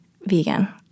vegan